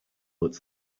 but